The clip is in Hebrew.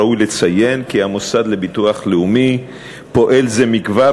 ראוי לציין כי המוסד לביטוח לאומי פועל זה כבר